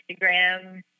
Instagram